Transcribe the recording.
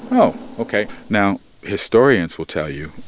oh, ok. now, historians will tell you